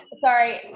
Sorry